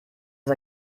das